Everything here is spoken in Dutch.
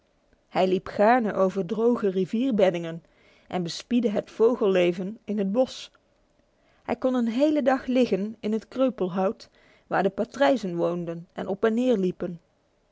hij liep gaarne over droge rivierbeddingen en bespiedde het vogelleven in het bos hij kon een hele dag liggen in het kreupelhout waar de patrijzen woonden en op en neer liepen